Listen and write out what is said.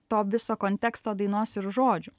to viso konteksto dainos ir žodžių